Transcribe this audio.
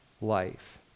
life